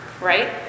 right